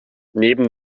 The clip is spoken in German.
neben